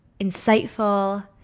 insightful